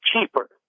cheaper